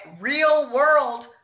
real-world